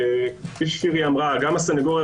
גם הסנגוריה,